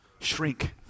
shrink